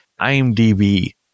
IMDb